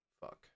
Fuck